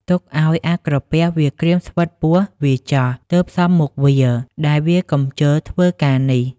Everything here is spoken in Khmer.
ទុកឲ្យអាក្រពះ វាក្រៀមស្វិតពោះវាចុះទើបសមមុខវា ដែលវាកំជិលធ្វើ ការនេះ ។